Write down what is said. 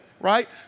right